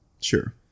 sure